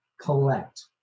collect